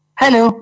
hello